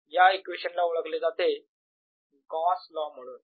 या इक्वेशन ला ओळखले जाते गॉस लॉ म्हणून